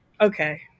Okay